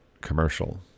commercial